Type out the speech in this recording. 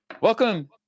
welcome